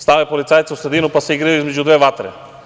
Stave policajce u sredinu, pa se igraju između dve vatre.